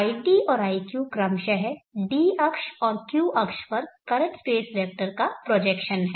id और iq क्रमशः d अक्ष और q अक्ष पर करंट स्पेस वेक्टर का प्रोजेक्शन हैं